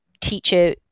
teacher